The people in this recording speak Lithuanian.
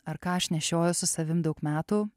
ar ką aš nešioju su savim daug metų